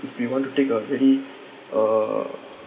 if you want to take a very uh